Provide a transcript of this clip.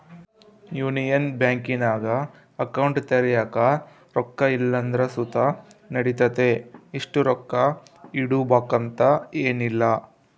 union ಬ್ಯಾಂಕಿನಾಗ account ತೆರ್ಯಾಕ ರೊಕ್ಕ ಇಲ್ಲಂದ್ರ ಸುತ ನಡಿತತೆ, ಇಷ್ಟು ರೊಕ್ಕ ಇಡುಬಕಂತ ಏನಿಲ್ಲ